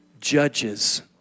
judges